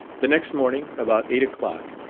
the next morning, about eight o'clock,